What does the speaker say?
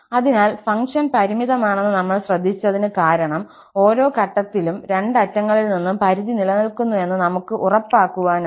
അതിനാൽ ഫംഗ്ഷൻ പരിമിതമാണെന്ന് നമ്മൾ ശ്രദ്ധിച്ചതിന് കാരണം ഓരോ ഘട്ടത്തിലും രണ്ട് അറ്റങ്ങളിൽ നിന്നും പരിധി നിലനിൽക്കുന്നുവെന്ന് നമുക് ഉറപ്പാക്കുവാനാണ്